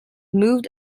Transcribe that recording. moved